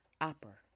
opera